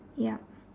yup